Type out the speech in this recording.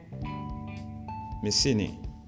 Messini